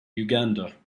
uganda